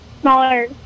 smaller